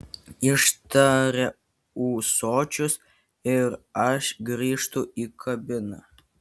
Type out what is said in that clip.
ištaria ūsočius ir aš grįžtu į kabiną